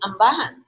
ambahan